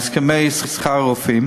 הסכמי שכר עם הרופאים.